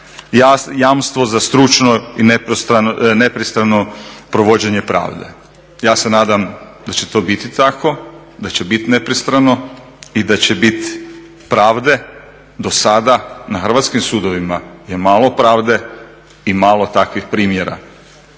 jamstvo za stručno i nepristrano provođenje pravde. Ja se nadam da će to biti tako, da će biti nepristrano i da će biti pravde. Do sada na hrvatskim sudovima je malo pravde i malo takvih primjera.